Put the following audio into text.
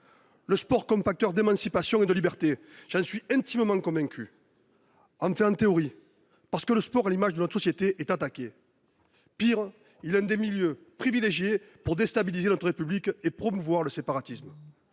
Le sport est un facteur d’émancipation et de liberté, j’en suis intimement convaincu… du moins en théorie. Car le sport, à l’image de notre société, est attaqué ! Pis, il est un des milieux privilégiés de déstabilisation de notre République et de promotion du séparatisme.